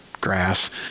grass